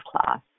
class